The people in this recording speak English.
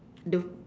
the